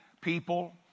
people